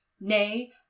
nay